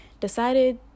decided